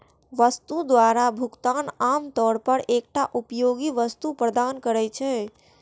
वस्तु द्वारा भुगतान आम तौर पर एकटा उपयोगी वस्तु प्रदान करै छै